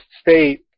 state